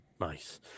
Nice